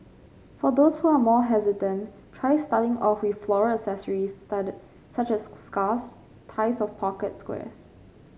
for those who are more hesitant try starting off with floral accessories study such as scarves ties of pocket squares